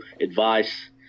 advice